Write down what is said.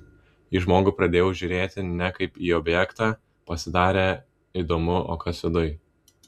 į žmogų pradėjau žiūrėti ne kaip į objektą pasidarė įdomu o kas viduj